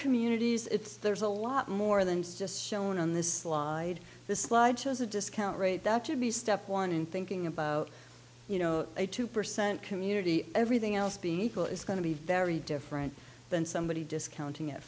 communities it's there's a lot more than just shown on this slide this slide shows a discount rate that should be step one in thinking about you know a two percent community everything else being equal it's going to be very different than somebody discounting it